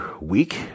week